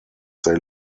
they